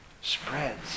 spreads